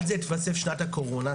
על זה התווספה שנת הקורונה,